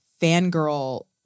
fangirl